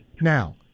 Now